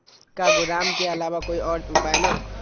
का गोदाम के आलावा कोई और उपाय न ह?